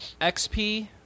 XP